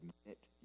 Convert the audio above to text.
admit